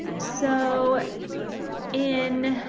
so in